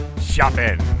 shopping